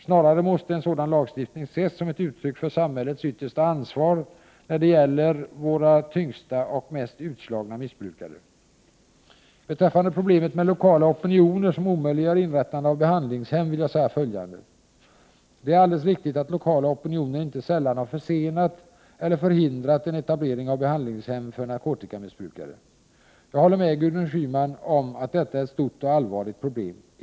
Snarare måste en sådan lagstiftning ses som ett uttryck för samhällets yttersta ansvar när det gäller våra tyngsta och mest utslagna missbrukare. Beträffande problemet med lokala opinioner som omöjliggör inrättande av behandlingshem vill jag säga följande. Det är alldeles riktigt att lokala opinioner inte sällan har försenat eller förhindrat en etablering av behandlingshem för narkotikamissbrukare. Jag håller med Gudrun Schyman om att detta är ett stort och allvarligt problem.